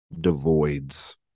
devoids